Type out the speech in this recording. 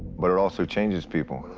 but it also changes people.